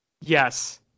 Yes